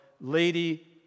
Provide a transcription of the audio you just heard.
Lady